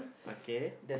okay